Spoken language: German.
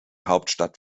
hauptstadt